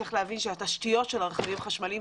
צריך להבין שהתשתיות של הרכבים החשמליים,